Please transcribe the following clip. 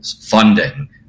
funding